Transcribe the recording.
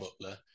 Butler